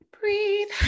breathe